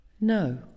no